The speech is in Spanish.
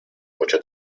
mucho